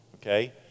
okay